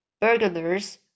burglars